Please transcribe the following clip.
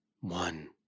One